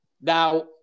now